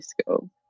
school